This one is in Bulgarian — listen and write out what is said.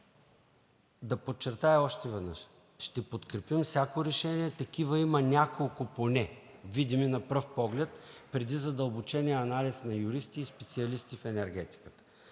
Да подчертая още веднъж, че ще подкрепим всяко решение. Такива има поне няколко – видими на пръв поглед, преди задълбочения анализ на юристи и специалисти в енергетиката.